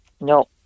No